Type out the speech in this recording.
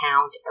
count